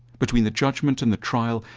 between the judgment and the trial,